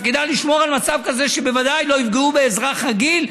שתפקידה לשמור על מצב כזה שבוודאי לא יפגעו באזרח רגיל,